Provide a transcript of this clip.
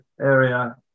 area